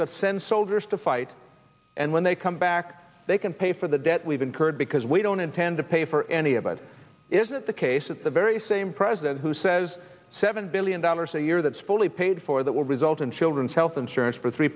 going to send soldiers to fight and when they come back they can pay for the debt we've incurred because we don't intend to pay for any of it is it the case that the very same president who says seven billion dollars a year that's fully paid for that will result in children's health insurance for three